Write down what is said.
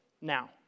now